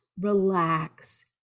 relax